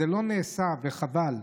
זה לא נעשה, וחבל.